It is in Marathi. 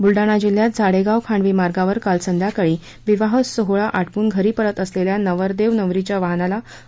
बुलडाणा जिल्ह्यात झाडेगाव खांडवी मार्गावर काल संध्याकाळी विवाह सोहळा आटोपून घरी परतत असलेल्या नवरदेव नवरीच्या वाहनाला अपघात झाला